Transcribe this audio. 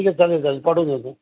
ठीक आहे चालेले चालेले पाठवून देतो